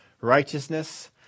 righteousness